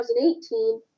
2018